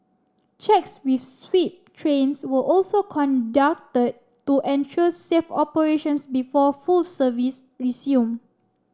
checks with sweep trains were also conducted to ensure safe operations before full service resumed